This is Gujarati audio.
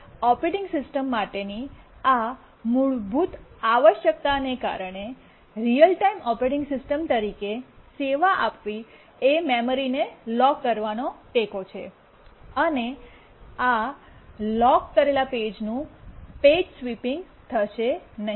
ઓપરેટિંગ સિસ્ટમ માટેની આ મૂળભૂત આવશ્યકતાને કારણે રીઅલ ટાઇમ ઓપરેટિંગ સિસ્ટમ તરીકે સેવા આપવી એ મેમરીને લોક કરવાનો ટેકો છે અને આ લોક કરેલા પેજનું પેજ સ્વેપિંગ થશે નહીં